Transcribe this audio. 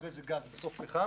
אחרי זה גז ובסוף פחם.